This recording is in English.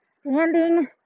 standing